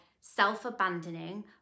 self-abandoning